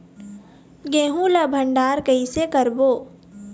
गेहूं ला भंडार कई से करबो?